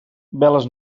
veles